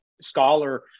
scholar